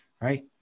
right